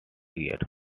year